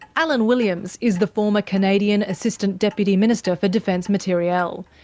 alan williams is the former canadian assistant deputy minister for defence materiel.